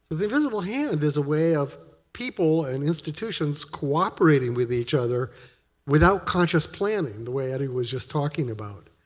the invisible hand is a way of people and institutions cooperating with each other without conscious planning, the way eddie was just talking about.